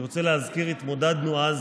אני רוצה להזכיר, התמודדנו אז